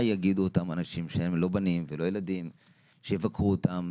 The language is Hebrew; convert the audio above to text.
מה יגידו אותם אנשים שאין לא בנים ולא ילדים שיבקרו אותם.